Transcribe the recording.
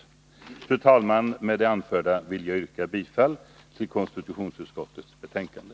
Fru talman! Med det anförda vill jag yrka bifall till hemställan i konstitutionsutskottets betänkande.